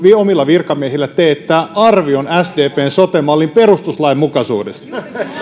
omilla virkamiehillään teettää arvion sdpn sote mallin perustuslainmukaisuudesta